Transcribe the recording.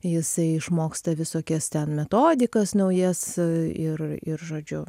jisai išmoksta visokias ten metodikas naujas ir ir žodžiu